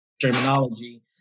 terminology